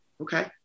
Okay